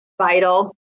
vital